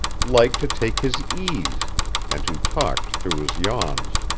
liked to take his ease and who talked through his yawns.